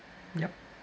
yup